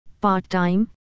part-time